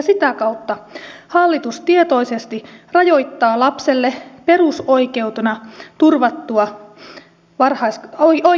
sitä kautta hallitus tietoisesti rajoittaa lapselle perusoikeutena turvattua oikeutta varhaiskasvatukseen